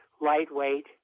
lightweight